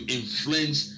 influence